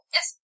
Yes